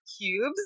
cubes